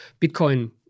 Bitcoin